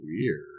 weird